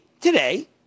today